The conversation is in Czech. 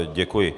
Děkuji.